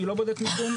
מי לא בודק מיקום.